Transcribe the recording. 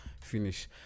finish